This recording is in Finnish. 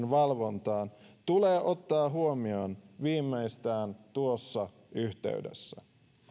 valvontaan tulee ottaa huomioon viimeistään tuossa yhteydessä